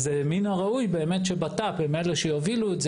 זאת אומרת, מי שרוצה לעבוד, חייב לעבוד על פיו.